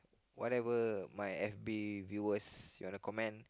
whatever my F_B viewer you wanna comment